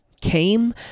Came